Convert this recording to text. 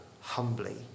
humbly